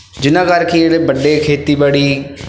ਜਿਹਨਾਂ ਕਰਕੇ ਜਿਹੜੇ ਵੱਡੇ ਖੇਤੀਬਾੜੀ